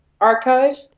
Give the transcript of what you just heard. Archive